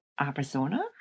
Arizona